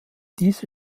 diese